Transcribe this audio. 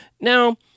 now